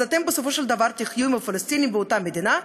אז אתם בסופו של דבר תחיו עם הפלסטינים באותה מדינה,